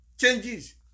changes